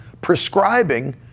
prescribing